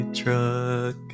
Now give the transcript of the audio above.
truck